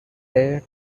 day